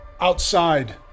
outside